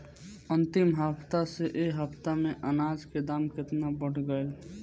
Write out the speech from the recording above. अंतिम हफ्ता से ए हफ्ता मे अनाज के दाम केतना बढ़ गएल?